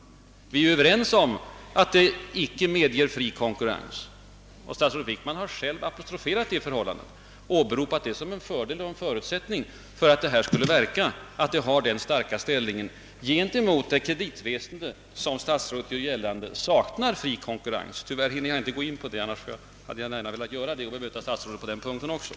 Alla är ju överens om att det icke blir fri konkurrens — statsrådet Wickman har själv apostroferat det förhållandet och åberopat det som en fördel. Han hävdade att en förutsättning för att institutet skall kunna fungera är att det har en stark ställning gentemot det kreditväsende som enligt vad statsrådet gjorde gällande också saknar fri konkurrens. Så är inte fallet, men jag hinner inte gå in på den saken. Jag hade annars gärna velat bemöta statsrådet också på den punkten.